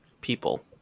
people